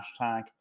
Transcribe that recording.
hashtag